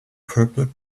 purple